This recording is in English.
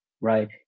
right